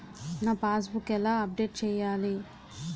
నా passbook ఎలా update చేయాలి?